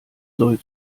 soll